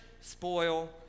spoil